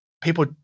people